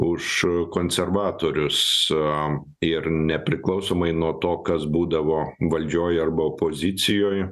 už konservatorius ir nepriklausomai nuo to kas būdavo valdžioj arba opozicijoj